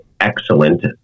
excellent